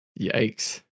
Yikes